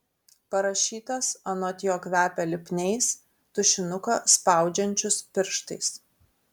parašytas anot jo kvepia lipniais tušinuką spaudžiančius pirštais